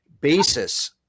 basis